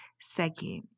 second